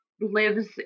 lives